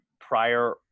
prior